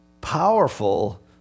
powerful